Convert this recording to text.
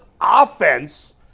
offense